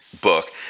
book